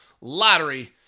lottery